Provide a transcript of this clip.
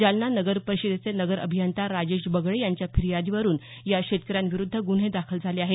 जालना नगर परिषदेचे नगर अभियंता राजेश बगळे यांच्या फिर्यादीवरुन या शेतकऱ्यांविरूद्ध गुन्हे दाखल झाले आहेत